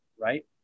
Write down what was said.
right